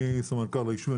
אני סמנכ"ל ברישוי,